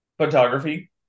Photography